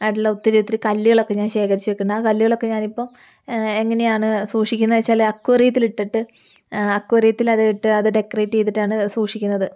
ആയിട്ടുള്ള ഒത്തിരി ഒത്തിരി കല്ലുകളൊക്കെ ഞാൻ ശേഖരിച്ചു വയ്ക്കുന്നുണ്ട് ആ കല്ലുകൾ ഒക്കെ ഞാനിപ്പം എങ്ങനെയാണ് സൂക്ഷിക്കുന്നത് വച്ചാൽ അക്വേറിയത്തിൽ ഇട്ടിട്ട് അക്വേറിയത്തില് അത് ഇട്ട് അത് ഡെക്കറേറ്റ് ചെയ്തിട്ടാണ് അത് സൂക്ഷിക്കുന്നത്